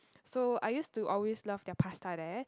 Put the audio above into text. so I used to always love their pasta there